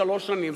שלוש שנים.